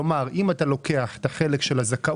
כלומר אם אתה לוקח את החלק של הזכאות